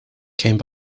came